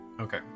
okay